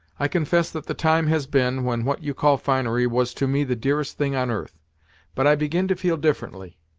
i confess that the time has been when what you call finery, was to me the dearest thing on earth but i begin to feel differently.